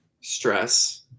stress